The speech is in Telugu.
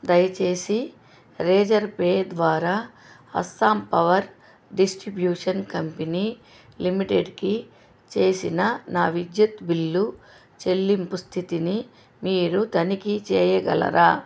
దయచేసి రేజర్పే ద్వారా అస్సాం పవర్ డిస్ట్రిబ్యూషన్ కంపెనీ లిమిటెడ్కి చేసిన నా విద్యుత్ బిల్లు చెల్లింపు స్థితిని మీరు తనిఖీ చేయగలరా